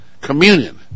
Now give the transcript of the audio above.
Communion